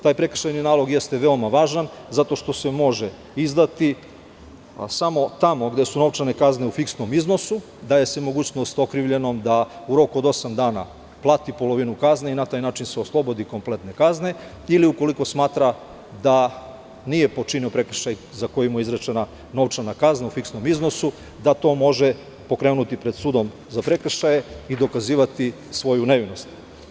Taj prekršajni nalog jeste veoma važan zato što se može izdati a samo tamo gde su novčane kazne u fiksnom iznosu daje se mogućnost okrivljenom da u roku od osam dana plati polovinu kazne i na taj način se oslobodi kompletne kazne, ili ukoliko smatra da nije počinio prekršaj za koji mu je izrečena novčana kazna u fiksnom iznosu, da to može pokrenuti pred sudom za prekšaje i dokazivati svoju nevinost.